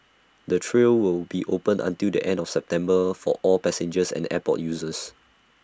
the trail will be open until the end of September for all passengers and airport users